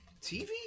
TV